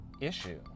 issue